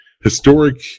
historic